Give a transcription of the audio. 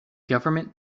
government